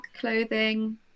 clothing